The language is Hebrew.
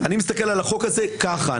אני מסתכל על החוק הזה נקי.